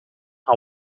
are